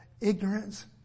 ignorance